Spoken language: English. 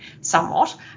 somewhat